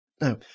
Now